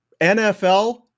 NFL